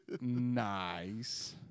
Nice